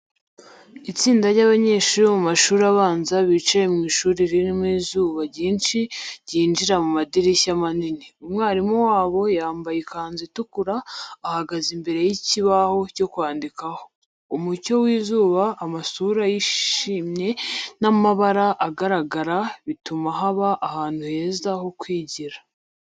Itsinda ry’abanyeshuri bo mu mashuri abanza bicaye mu ishuri ririmo izuba ryinshi ryinjira mu madirishya manini. Umwarimu wabo yambaye ikanzu itukura ahagaze imbere y'ikibaho cyo kwandikaho. Umucyo w’izuba, amasura yishimye n’amabara agaragara bituma haba ahantu heza ho kwigiramo.